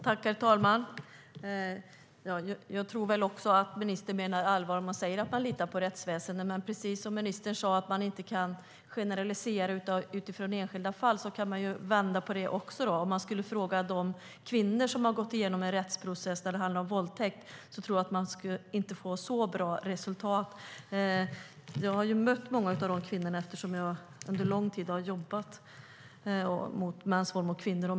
Herr talman! Jag tror också att ministern menar allvar när hon säger att man kan lita på rättsväsendet. Ministern sade också att man inte kan generalisera utifrån enskilda fall. Men om man skulle vända på det och fråga de kvinnor som har gått igenom en rättsprocess när det handlar om våldtäkt tror jag inte att man skulle få lika bra resultat. Jag har mött många av dessa kvinnor, eftersom jag under lång tid har jobbat mot mäns våld mot kvinnor.